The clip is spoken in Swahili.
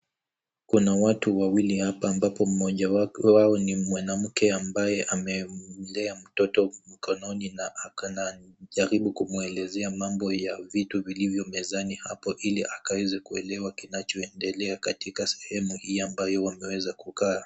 Kuna watu wawili hapa ambapo mmoja wao ni mwanamke ambaye ameendea mtoto mkononi na anajaribu kumuelezea mambo ya vitu vilivyo mezani hapo ili akaweze kinachoendelea katika sehemu hii ambayo wameweza kukaa.